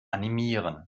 animieren